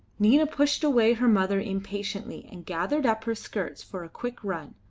nina pushed away her mother impatiently and gathered up her skirts for a quick run,